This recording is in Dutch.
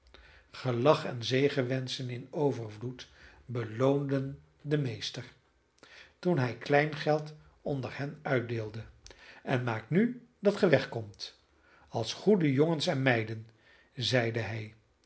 gelach en zegewenschen in overvloed beloonden den meester toen hij kleingeld onder hen uitdeelde en maak nu dat gij wegkomt als goede jongens en meiden zeide hij